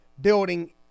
building